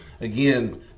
again